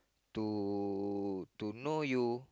to to know you